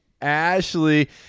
Ashley